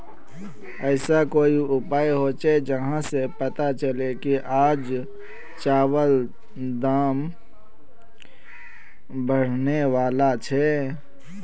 ऐसा कोई उपाय होचे जहा से पता चले की आज चावल दाम बढ़ने बला छे?